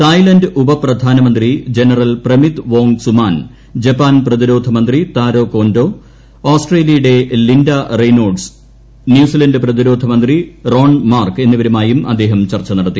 Thailand ഉപപ്രധാനമന്ത്രി general Prawit Wongsuwan Japan പ്രതിരോധ മന്ത്രി താരോ കോൻഡോ ഓസ്ട്രേലിയയുടെ ലിൻഡ റെയ്നോൾഡ്സ് ന്യൂസിലന്റ് പ്രതിരോധമന്ത്രി റോൺ മാർക്ക് എന്നിവരുമായും അദ്ദേഹം ചർച്ച നടത്തി